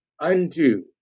Undo